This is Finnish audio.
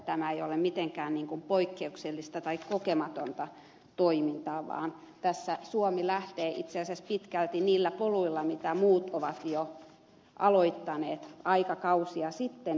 tämä ei ole mitenkään poikkeuksellista tai kokematonta toimintaa vaan tässä suomi lähtee itse asiassa pitkälti niiltä poluilta mitä muut ovat jo aloittaneet aikakausia sitten